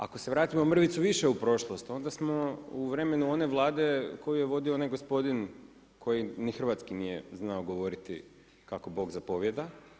Ako se vratimo mrvicu više u prošlost, onda smo u vremenu one Vlade koju je vodio onaj gospodin, koji ni hrvatski nije znao govoriti, kako Bog zapovijeda.